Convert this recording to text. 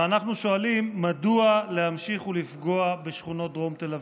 ואנחנו שואלים: מדוע להמשיך ולפגוע בשכונות דרום תל אביב?